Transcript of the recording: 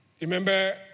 remember